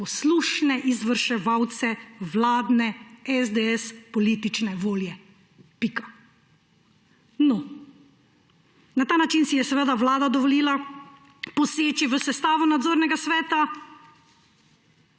poslušne izvrševalce vladne SDS politične volje. Pika. Na ta način si je vlada dovolila poseči v sestavo nadzornega sveta,